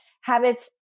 habits